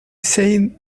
said